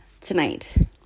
tonight